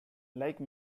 like